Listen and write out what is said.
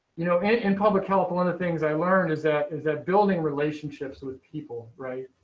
you know, and public health. one of the things i learned is that is that building relationships with people, right,